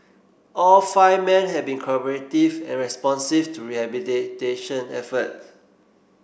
all five men had been cooperative and responsive to rehabilitation efforts